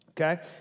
Okay